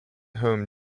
home